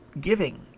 giving